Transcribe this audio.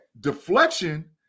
deflection